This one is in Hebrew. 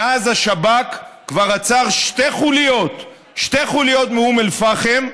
מאז השב"כ כבר עצר שתי חוליות מאום אל-פחם,